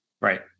Right